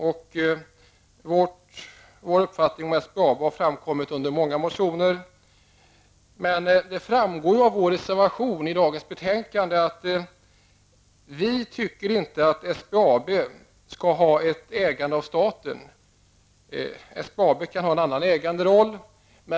Vår uppfattning om SBAB har framkommit i många motioner. Det framgår av vår reservation i dagens betänkande att vi inte tycker att SBAB skall vara statsägt. SBAB kan ha en annan ägare.